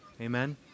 Amen